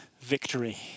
Victory